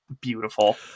beautiful